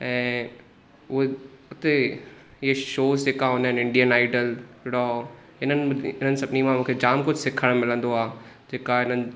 ऐं हुए उते हे शोज़ जेका हूंदा आहिनि इंडियन आइडल रॉ हिननि हिननि सभिनी मां मूंखे जामु कुझु सिखणु मिलंदो आहे जेका हिननि